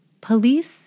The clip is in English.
police